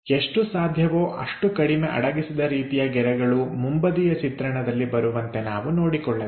ಎಷ್ಟು ಸಾಧ್ಯವೋ ಅಷ್ಟು ಕಡಿಮೆ ಅಡಗಿಸಿದ ರೀತಿಯ ಗೆರೆಗಳು ಮುಂಬದಿಯ ಚಿತ್ರಣದಲ್ಲಿ ಬರುವಂತೆ ನಾವು ನೋಡಿಕೊಳ್ಳಬೇಕು